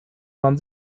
man